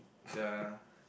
the